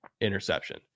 interception